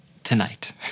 tonight